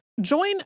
Join